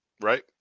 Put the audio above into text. Right